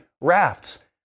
rafts